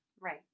Right